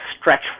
stretch